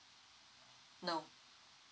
no